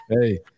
hey